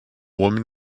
woman